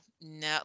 no